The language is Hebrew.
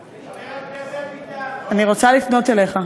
אני רוצה לפנות אליך.